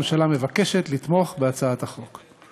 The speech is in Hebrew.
הממשלה מבקשת לתמוך בהצעת החוק.